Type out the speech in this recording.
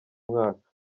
mwaka